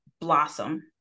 blossom